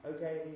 Okay